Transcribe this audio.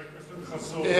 חבר הכנסת חסון,